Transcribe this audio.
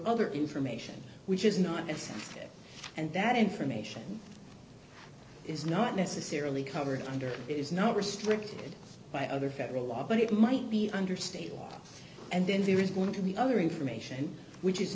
other information which is not as sensitive and that information is not necessarily covered under it is not restricted by other federal law but it might be under state law and then there is going to be other information which is